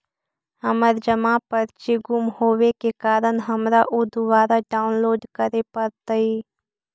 हमर जमा पर्ची गुम होवे के कारण हमारा ऊ दुबारा डाउनलोड करे पड़तई